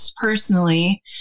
personally